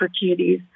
opportunities